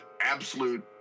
absolute